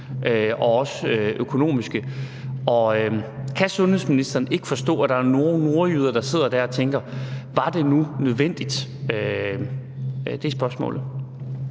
og også økonomiske omkostninger. Kan sundhedsministeren ikke forstå, at der er nogle nordjyder, der sidder og tænker: Var det nu nødvendigt? Det er spørgsmålet.